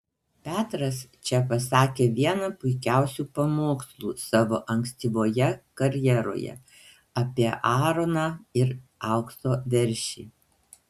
petras čia pasakė vieną puikiausių pamokslų savo ankstyvoje karjeroje apie aaroną ir aukso veršį